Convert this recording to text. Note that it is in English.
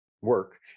work